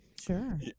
sure